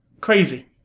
crazy